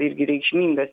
irgi reikšmingas